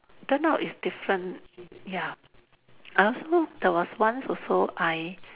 turn out it's different ya I also there was once also I